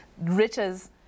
riches